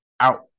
out